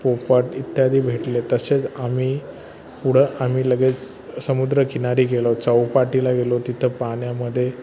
पोपट इत्यादी भेटले तसेच आम्ही पुढं आम्ही लगेच समुद्र किनारी गेलो चौपाटीला गेलो तिथं पाण्यामध्ये